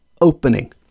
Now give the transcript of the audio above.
opening